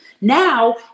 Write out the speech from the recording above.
now